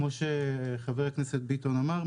כמו שחבר הכנסת ביטון אמר,